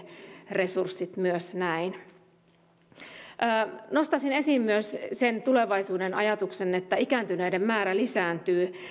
resurssit myös nostaisin esiin myös sen tulevaisuuden ajatuksen että ikääntyneiden määrä lisääntyy